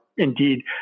indeed